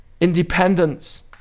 independence